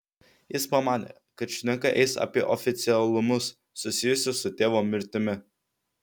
jis pamanė kad šneka eis apie oficialumus susijusius su tėvo mirtimi